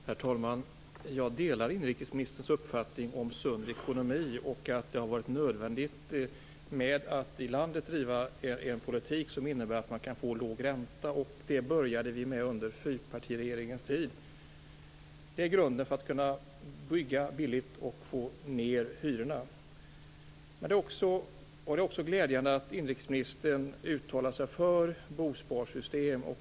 Herr talman! Jag delar inrikesministerns uppfattning om sund ekonomi och om att det har varit nödvändigt att driva en politik i landet som innebär att man kan få låg ränta. Det började vi med under fyrpartiregeringens tid, och det är grunden för att kunna bygga billigt och få ned hyrorna. Det är också glädjande att inrikesministern uttalar sig för bosparsystem.